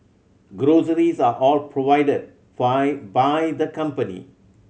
groceries are all provided five by the company